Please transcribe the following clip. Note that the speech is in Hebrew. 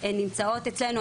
הן נמצאות אצלנו,